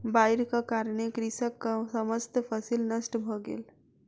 बाइढ़क कारणेँ कृषकक समस्त फसिल नष्ट भ गेल